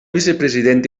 vicepresident